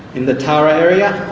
in the tara area.